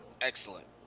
excellent